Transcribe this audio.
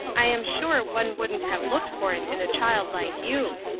i am sure one wouldn't have looked for it in a child like you!